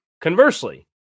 Conversely